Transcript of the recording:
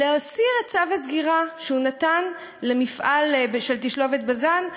להסיר את צו הסגירה שהוא נתן למפעל של תשלובת בז"ן,